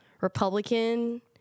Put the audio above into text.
republican